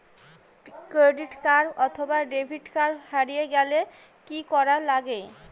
Credit card অথবা debit card হারে গেলে কি করা লাগবে?